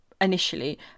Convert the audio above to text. initially